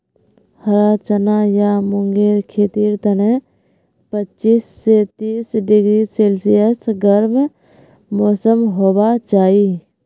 हरा चना या मूंगेर खेतीर तने पच्चीस स तीस डिग्री सेल्सियस गर्म मौसम होबा चाई